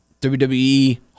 wwe